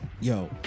yo